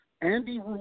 Andy